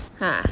ha